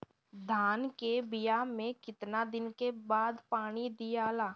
धान के बिया मे कितना दिन के बाद पानी दियाला?